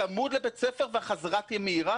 צמוד לבית ספר והחזרה תהיה מהירה.